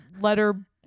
letter